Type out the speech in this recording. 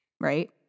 right